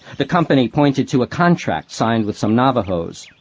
the company pointed to a contract signed with some navajos.